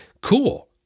Cool